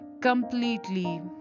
completely